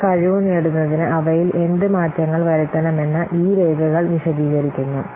പുതിയ കഴിവ് നേടുന്നതിന് അവയിൽ എന്ത് മാറ്റങ്ങൾ വരുത്തണമെന്ന് ഈ രേഖകൾ വിശദീകരിക്കുന്നു